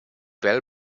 val